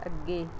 ਅੱਗੇ